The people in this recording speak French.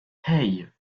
hey